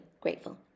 grateful